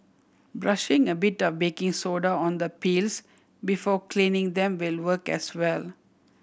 brushing a bit of baking soda on the peels before cleaning them will work as well